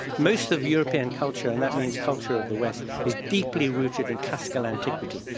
most of european culture, and that means culture of the west, is deeply rooted in classical antiquity,